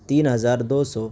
تین ہزار دو سو